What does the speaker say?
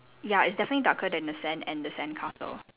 ya it's definitely darker than the sand and the sandcastle